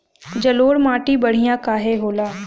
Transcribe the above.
जलोड़ माटी बढ़िया काहे होला?